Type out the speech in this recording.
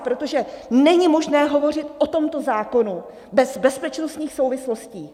Protože není možné hovořit o tomto zákonu bez bezpečnostních souvislostí.